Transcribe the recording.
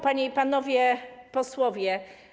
Panie i Panowie Posłowie!